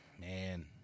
Man